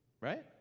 right